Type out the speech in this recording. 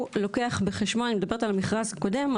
הוא לוקח בחשבון, אני מדברת על המכרז הקודם.